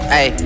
Hey